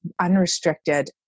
unrestricted